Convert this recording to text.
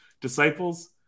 Disciples